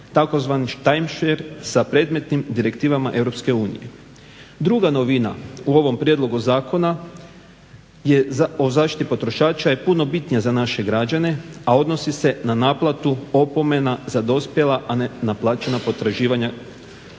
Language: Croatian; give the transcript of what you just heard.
tzv. timeshare sa predmetnim direktivama Europske unije. Druga novina u ovom Prijedlogu zakona o zaštiti potrošača je puno bitnija za naše građane, a odnosi se na naplatu opomena za dospjela a nenaplaćena potraživanja